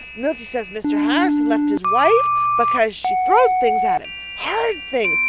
milty says mr. harrison left his wife because she throwed things at him. hard things.